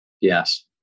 Yes